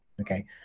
Okay